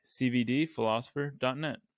cvdphilosopher.net